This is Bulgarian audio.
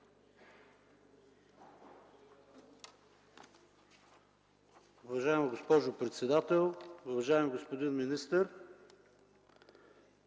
Уважаема госпожо председател, уважаеми господин министър!